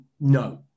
no